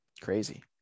Crazy